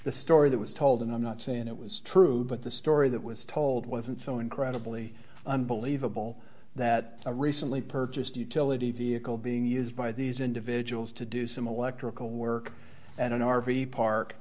the story that was told and i'm not saying it was true but the story that was told wasn't so incredibly unbelievable that a recently purchased utility vehicle being used by these individuals to do some aleck trickle work and an r v park